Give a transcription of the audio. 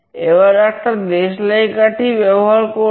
এবার একটা দেশলাই কাঠি ব্যবহার করব